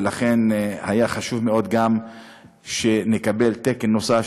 ולכן היה חשוב מאוד שנקבל תקן נוסף,